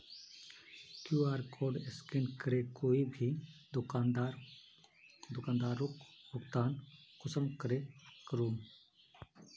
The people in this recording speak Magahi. कियु.आर कोड स्कैन करे कोई भी दुकानदारोक भुगतान कुंसम करे करूम?